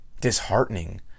disheartening